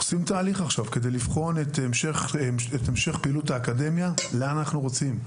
עושים תהליך עכשיו כדי לבחון את המשך פעילות האקדמיה לאן אנחנו רוצים.